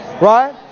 Right